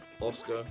Oscar